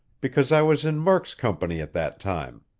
because i was in murk's company at that time.